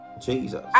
Jesus